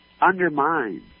undermined